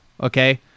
okay